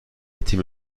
تیم